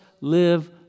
live